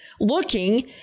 looking